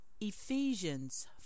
Ephesians